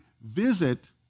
visit